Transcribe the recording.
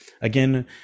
Again